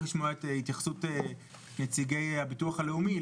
לשמוע את ההתייחסות של נציגי הביטוח הלאומי,